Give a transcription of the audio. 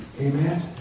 Amen